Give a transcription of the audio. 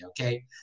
okay